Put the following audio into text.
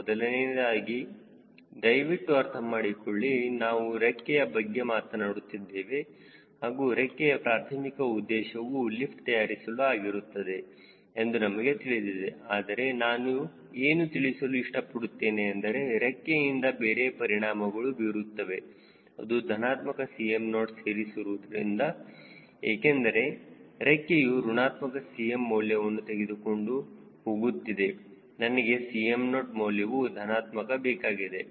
ಮೊದಲನೆಯದಾಗಿ ದಯವಿಟ್ಟು ಅರ್ಥಮಾಡಿಕೊಳ್ಳಿ ನಾವು ರೆಕ್ಕೆಯ ಬಗ್ಗೆ ಮಾತನಾಡುತ್ತಿದ್ದೇವೆ ಹಾಗೂ ರೆಕ್ಕೆಯ ಪ್ರಾರ್ಥಮಿಕ ಉದ್ದೇಶವು ಲಿಫ್ಟ್ ತಯಾರಿಸಲು ಆಗಿರುತ್ತದೆ ಎಂದು ನಮಗೆ ತಿಳಿದಿದೆ ಆದರೆ ನಾನು ಏನು ತಿಳಿಸಲು ಇಷ್ಟಪಡುತ್ತೇನೆ ಎಂದರೆ ರೆಕ್ಕೆಯಿಂದ ಬೇರೆ ಪರಿಣಾಮಗಳು ಬೀರುತ್ತವೆ ಅದು ಧನಾತ್ಮಕ 𝐶mO ಸೇರಿಸುವುದರಿಂದ ಏಕೆಂದರೆ ರೆಕ್ಕೆಯು ಋಣಾತ್ಮಕ 𝐶m ಮೌಲ್ಯವನ್ನು ತೆಗೆದುಕೊಂಡು ಹೋಗುತ್ತಿದೆ ನನಗೆ 𝐶mO ಮೌಲ್ಯವು ಧನಾತ್ಮಕ ಬೇಕಾಗಿದೆ